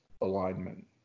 alignment